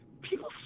people